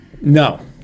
no